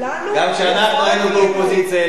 גם כשאנחנו היינו באופוזיציה העלינו.